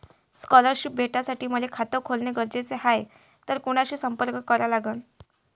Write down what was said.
Scholarship भेटासाठी मले खात खोलने गरजेचे हाय तर कुणाशी संपर्क करा लागन?